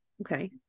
okay